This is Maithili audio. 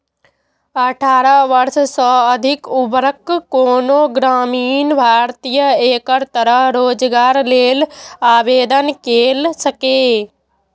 अठारह वर्ष सँ अधिक उम्रक कोनो ग्रामीण भारतीय एकर तहत रोजगार लेल आवेदन कैर सकैए